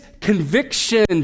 conviction